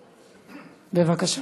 בבקשה.